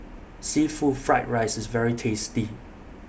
Seafood Fried Rice IS very tasty